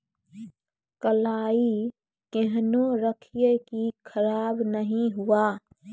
कलाई केहनो रखिए की खराब नहीं हुआ?